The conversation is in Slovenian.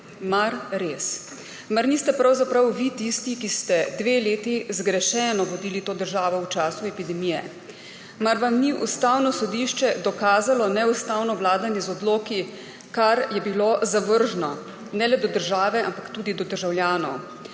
Mar res? Mar niste pravzaprav vi tisti, ki ste dve leti zgrešeno vodili to državo v času epidemije? Mar vam ni Ustavno sodišče dokazalo neustavnega vladanja z odloki, kar je bilo zavržno ne le do države, ampak tudi do državljanov?